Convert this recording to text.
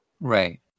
Right